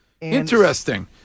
Interesting